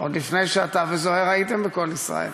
עוד לפני שאתה וזוהיר הייתם ב"קול ישראל".